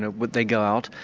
know but they go out,